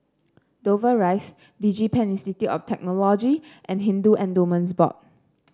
Dover Rise DigiPen Institute of Technology and Hindu Endowments Board